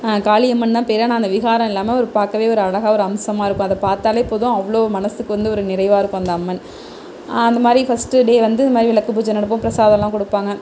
காளி அம்மன்தான் பேர் ஆனால் விகாரம் இல்லாமல் பார்க்கவே ஒரு அழகாக ஒரு அம்சமாக இருக்கும் அதை பார்த்தாலே போதும் அவ்வளோ மனசுக்கு வந்து ஒரு நிறைவாக இருக்கும் அந்த அம்மன் அந்த மாதிரி ஃபஸ்ட் டே இந்த மாதிரி விளக்கு பூஜை பிரசாதம்லாம் கொடுப்பாங்க